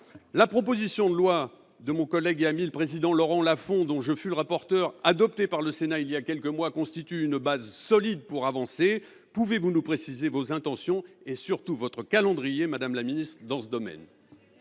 La proposition de loi de mon collègue et ami le président Laurent Lafon, dont je fus le rapporteur, adoptée par le Sénat voilà quelques mois, constitue une base solide pour avancer. Madame la ministre, pouvez vous nous préciser vos intentions et, surtout, votre calendrier dans ce domaine ?